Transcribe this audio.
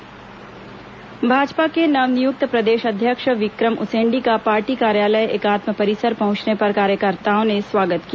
विक्रम उसेंडी भाजपा के नव नियुक्त प्रदेश अध्यक्ष विक्रम उसेंडी का पार्टी कार्यालय एकात्म परिसर पहुंचने पर कार्यकर्ताओं ने स्वागत किया